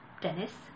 Dennis